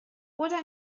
oder